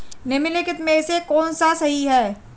निम्नलिखित में से कौन सा सही है?